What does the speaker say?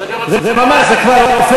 אז אני רוצה לומר לך,